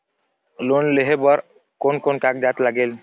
Loan लेहे बर कोन कोन कागजात लागेल?